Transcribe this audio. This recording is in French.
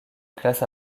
classe